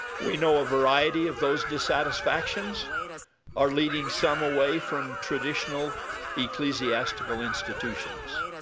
we know a variety of those dissatisfactions are leading some away from traditional ecclesiastical institutions.